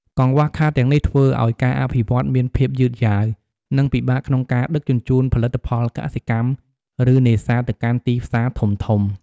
កង្វះខាតទាំងនេះធ្វើឱ្យការអភិវឌ្ឍន៍មានភាពយឺតយ៉ាវ និងពិបាកក្នុងការដឹកជញ្ជូនផលិតផលកសិកម្ម ឬនេសាទទៅកាន់ទីផ្សារធំៗ។